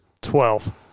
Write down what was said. Twelve